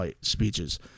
speeches